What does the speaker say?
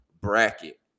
bracket